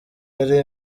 yari